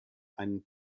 einen